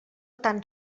tan